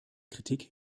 kritik